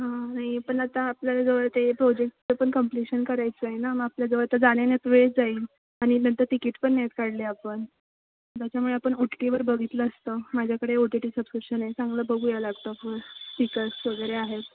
हां नाही पण आता आपल्याला जवळ ते प्रोजेक्टचं पण कंप्लीशन करायचं आहे ना मग आपल्याजवळ आता जाण्यायेण्यात वेळ जाईल आणि नंतर तिकीट पण नाहीत काढले आपण त्याच्यामुळे आपण ओ टी टीवर बघितलं असतं माझ्याकडे ओ टी टी सब्स्क्रिप्शन आहे चांगलं बघूया लॅपटॉपवर स्पीकर्स वगैरे आहेत